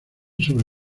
sobre